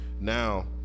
now